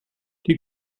die